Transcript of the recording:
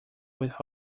within